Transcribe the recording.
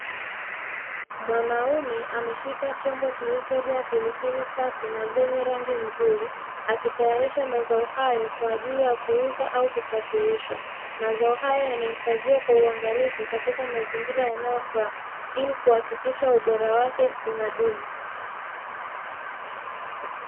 Mwanaume aliyesika chombo kilichojaa pilipili safi na zenye rangi nzuri, akitayarisha mazao hayo kwa ajili ya kuuza au kusafirisha. Mazao hayo yanahifadhiwa kwa uangalifu katika mazingira yanayofaa, ili kuhakikisha ubora wake unadumu .